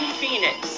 Phoenix